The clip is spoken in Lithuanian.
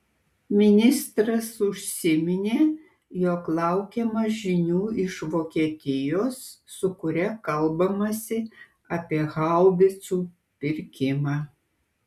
ministras užsiminė jog laukiama žinių iš vokietijos su kuria kalbamasi apie haubicų pirkimą